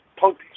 punk